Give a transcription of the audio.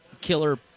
killer